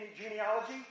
genealogy